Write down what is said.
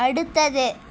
அடுத்தது